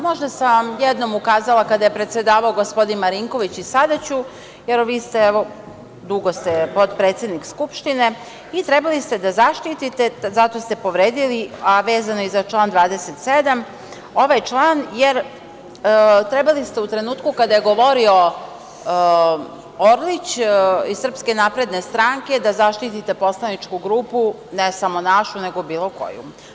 Možda sam vam jednom ukazala kada je predsedavao gospodin Marinković, i sada ću, jer vi ste dugo potpredsednik Skupštine i trebali ste da zaštitite, zato ste povredili, a vezano i za član 27, trebali ste u trenutku kada je govorio Orlić iz SNS da zaštitite poslaničku grupu, ne samo našu, nego bilo koju.